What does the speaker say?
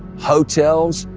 hotels,